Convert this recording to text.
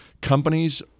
companies